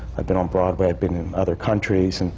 i've been on broadway. i've been in other countries.